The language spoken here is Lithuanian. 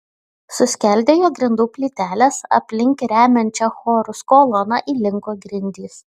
suskeldėjo grindų plytelės aplink remiančią chorus koloną įlinko grindys